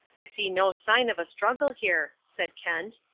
i see no sign of a struggle here, said kent.